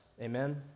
Amen